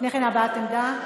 לפני כן, הבעת עמדה.